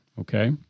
Okay